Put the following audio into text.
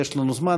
יש לנו זמן,